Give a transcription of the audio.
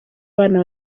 abana